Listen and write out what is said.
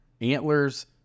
antlers